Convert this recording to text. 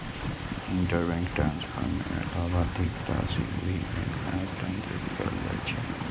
intrabank transfer मे लाभार्थीक राशि ओहि बैंक मे हस्तांतरित कैल जाइ छै